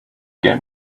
get